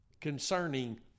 concerning